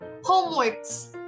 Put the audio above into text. homeworks